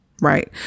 Right